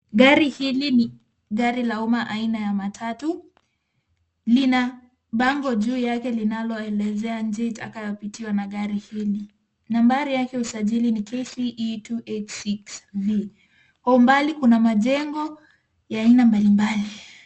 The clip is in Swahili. Gari hili ni gari la umma aina ya matatu. Lina bango juu yake linaloelezea njia itakayopitiwa na gari hili. Nambari yake ya usajli ni KCE 286V.Kwa umbali kuna majengo ya aina mbalimbali.